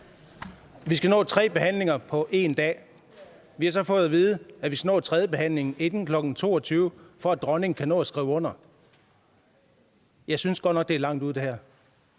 Vi skal nå tre behandlinger på 1 dag. Vi har så fået at vide, at vi skal nå tredjebehandlingen inden kl. 22.00, for at dronningen kan nå at skrive under. Jeg synes godt nok, at det her er langt ude. Det er